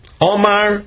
Omar